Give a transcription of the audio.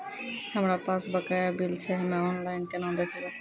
हमरा पास बकाया बिल छै हम्मे ऑनलाइन केना देखबै?